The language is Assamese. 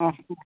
অঁ